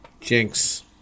jinx